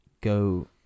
go